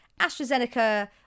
AstraZeneca